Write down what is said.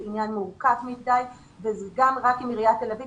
זה עניין מורכב מדי וגם אם עיריית תל אביב